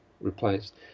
replaced